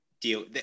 deal